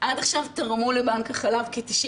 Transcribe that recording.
עד עכשיו תרמו לבנק החלב כ-95